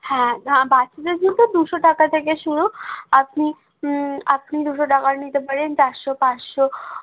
হ্যাঁ হ্যাঁ বাচ্চাদের জুতো দুশো টাকা থেকে শুরু আপনি আপনি দুশো টাকার নিতে পারেন চারশো পাঁচশো